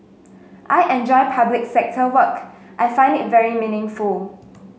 I enjoy public sector work I find it very meaningful